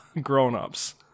grown-ups